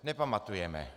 Nepamatujeme.